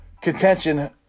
contention